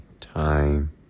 time